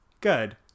Good